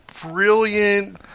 brilliant